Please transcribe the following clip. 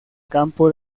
campo